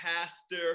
Pastor